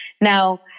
Now